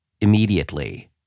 immediately